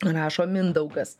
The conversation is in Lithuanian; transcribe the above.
rašo mindaugas